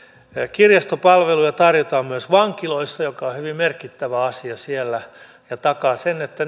kirjastopalveluja tarjotaan myös vankiloissa mikä on hyvin merkittävä asia siellä ja takaa sen että